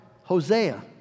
Hosea